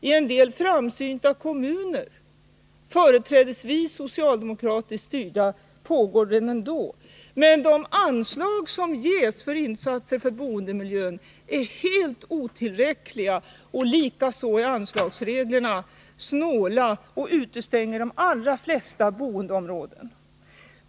I en del framsynta kommuner, företrädesvis socialdemokratiskt styrda, pågår den ändå. Men de anslag som ges till insatser för boendemiljön är helt otillräckliga. Likaså är anslagsreglerna snåla och utestänger de allra flesta boendeområden.